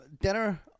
dinner